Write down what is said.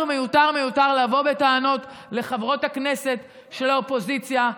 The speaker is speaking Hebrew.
מיותר מיותר לבוא בטענות לחברות הכנסת של האופוזיציה.